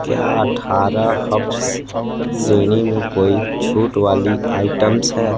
क्या अठारह हब्स श्रेणी में कोई छूट वाली आइटम्स है